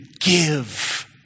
give